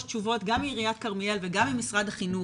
תשובות גם מעיריית כרמיאל וגם ממשרד החינוך,